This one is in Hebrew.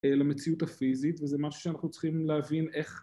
למציאות הפיזית וזה משהו שאנחנו צריכים להבין איך